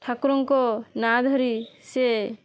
ଠାକୁରଙ୍କ ନାଁ ଧରି ସିଏ